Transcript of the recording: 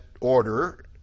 order